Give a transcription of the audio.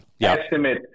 estimate